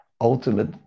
ultimate